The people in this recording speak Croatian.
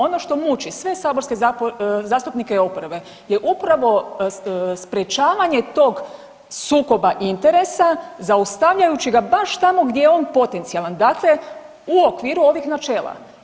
Ono što muče sve saborske zastupnike oporbe je upravo sprječavanje tog sukoba interesa zaustavljajući ga baš tamo gdje je on potencijalan, dakle u okviru ovih načela.